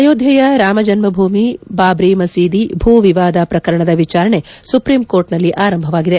ಅಯೋಧ್ಯೆಯ ರಾಮಜನ್ಮಭೂಮಿ ಬಾಬ್ರಿ ಮಸೀದಿ ಭೂ ವಿವಾದ ಪ್ರಕರಣದ ವಿಚಾರಣೆ ಸುಪ್ರೀಂ ಕೋರ್ಟ್ನಲ್ಲಿ ಆರಂಭವಾಗಿದೆ